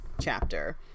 chapter